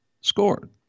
scored